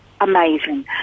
amazing